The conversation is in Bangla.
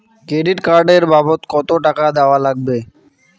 ক্রেডিট কার্ড এর বাবদ কতো টাকা দেওয়া লাগবে?